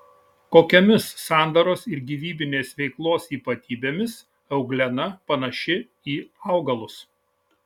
kokiomis sandaros ir gyvybinės veiklos ypatybėmis euglena panaši į augalus